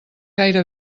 gaire